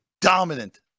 dominant